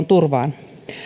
turvaan